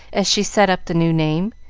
as she set up the new name,